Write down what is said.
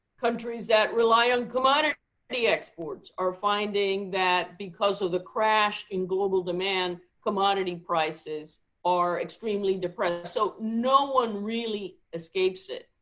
countries that rely on commodity exports are finding that because of the crash in global demand, commodity prices are extremely depressed. so no one really escapes it.